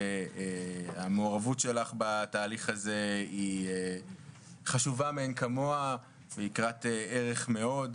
המעורבות שלך בתהליך הזה היא חשובה מאין כמוה ויקרת ערך מאוד.